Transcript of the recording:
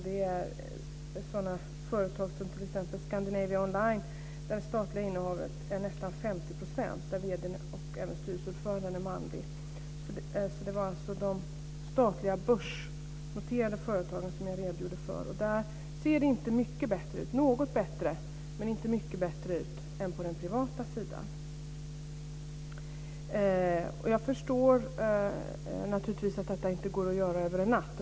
Det är sådana företag som t.ex. Scandinavia Online där det statliga innehavet är nästan 50 %. Där är vd:n och även styrelseordföranden manlig. Det var alltså de statliga börsnoterade företagen som jag redogjorde för. Där ser det inte mycket bättre ut än på den privata sidan. Det är något bättre, men inte mycket. Jag förstår naturligtvis att detta inte går att göra över en natt.